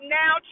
now